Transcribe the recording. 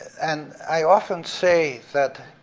and i often say that